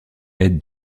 aide